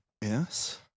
Yes